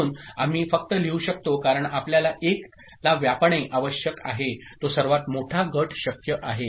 म्हणून आम्ही फक्त लिहू शकतो कारणआपल्याला 1 ला व्यापणे आवश्यक आहे तोसर्वात मोठा गट शक्य आहे